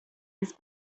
his